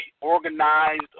organized